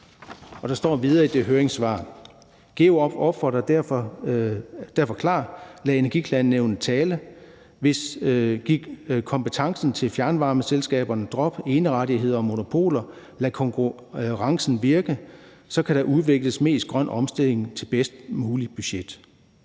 Der står videre i det høringssvar: »GEOOPs opfordring er derfor klar: lad Energiklagenævnet tale, giv kompetencen til fjernvarmeselskaberne, drop enerettigheder og monopoler, lad konkurrencen virke, så der kan udvikles mest grøn omstilling til bedst muligt budget.«